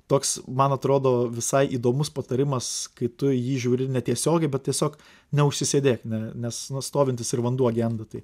toks man atrodo visai įdomus patarimas kai tu jį žiūri netiesiogiai bet tiesiog neužsisėdėk ne nes nu stovintis ir vanduo genda tai